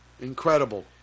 Incredible